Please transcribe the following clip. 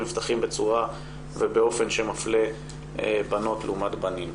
נפתחים בצורה ובאופן שמפלה בנות לעומת בנים.